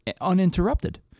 uninterrupted